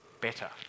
better